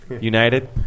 United